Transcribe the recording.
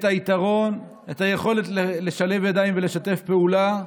את היתרון, את היכולת לשלב ידיים ולשתף פעולה,